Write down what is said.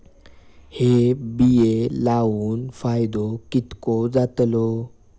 हे बिये लाऊन फायदो कितको जातलो?